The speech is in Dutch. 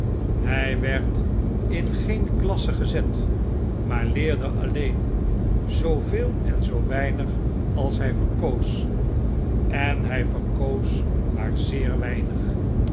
hjj werd in geen klasse gezet maar leerde alleen zooveel en zoo weinig als hij verkoos en hjj verkoos maar zeer weinig